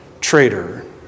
traitor